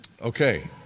okay